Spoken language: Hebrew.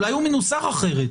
אולי הוא מנוסח אחרת,